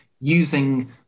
using